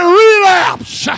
relapse